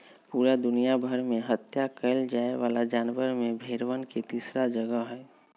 पूरा दुनिया भर में हत्या कइल जाये वाला जानवर में भेंड़वन के तीसरा जगह हई